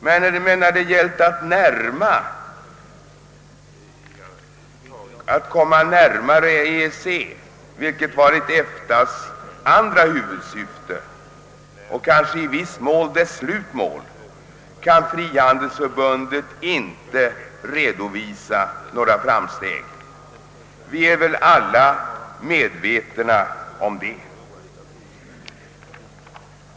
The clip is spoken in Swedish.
Men när det gällt att komma närmare EEC, vilket varit EFTA:s andra huvudsyfte och kanske i viss mån dess slutmål, kan frihandelsförbundet inte redovisa några framsteg. Vi är väl medvetna om det.